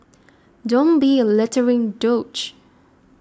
don't be a littering douche